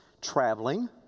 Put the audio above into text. traveling